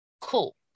cool